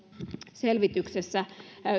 selvityksessä